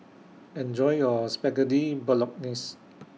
Enjoy your Spaghetti Bolognese